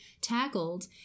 tackled